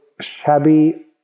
shabby